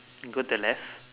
go to the left